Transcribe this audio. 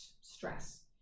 stress